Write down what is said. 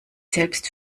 selbst